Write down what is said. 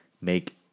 make